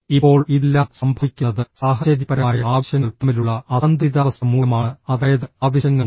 ഇപ്പോൾ ഇതെല്ലാം സംഭവിക്കുന്നത് സാഹചര്യപരമായ ആവശ്യങ്ങൾ തമ്മിലുള്ള അസന്തുലിതാവസ്ഥ മൂലമാണ് അതായത് ആവശ്യങ്ങളുണ്ട്